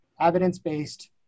Evidence-based